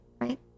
right